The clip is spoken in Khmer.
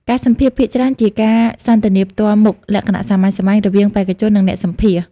ការសម្ភាសន៍ភាគច្រើនជាការសន្ទនាផ្ទាល់មុខលក្ខណៈសាមញ្ញៗ រវាងបេក្ខជន និងអ្នកសម្ភាសន៍។